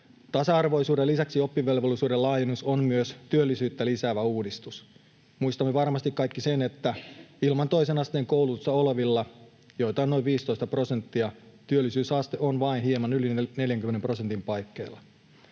Tasa-arvoisuuden lisäksi oppivelvollisuuden laajennus on myös työllisyyttä lisäävä uudistus. Muistamme varmasti kaikki sen, että ilman toisen asteen koulutusta olevilla, joita on noin 15 prosenttia, työllisyysaste on vain hieman yli 40 prosentin paikkeilla,